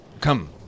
Come